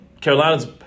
Carolina's